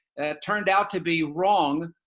it turned out to be wrong,